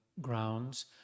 grounds